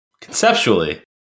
Conceptually